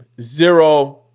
zero